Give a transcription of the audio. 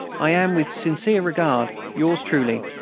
i am, with sincere regard, yours truly,